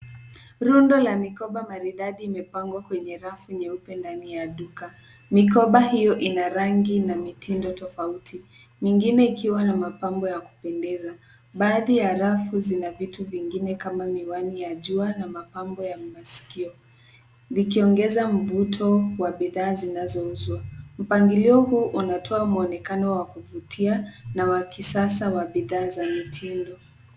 Rundo la mikoba maridadi imepangwa kwenye rafu nyeupe ndani ya duka. Mikoba hiyo ina rangi na mitindo tofauti. Mingine ikiwa na mapambo ya kupendeza. Baadhi ya rafu zina vitu vingine kama miwani ya jua na mapambo ya masikio, vikiongeza mvuto wa bidhaa zinazouzwa. Mpangilio huu unatoa mwonekano wa kuvutia na wa kisasa wa bidhaa za mitindo.